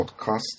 podcast